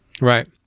Right